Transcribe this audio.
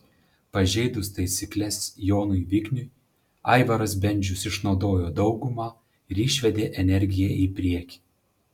pažeidus taisykles jonui vikniui aivaras bendžius išnaudojo daugumą ir išvedė energiją į priekį